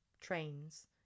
trains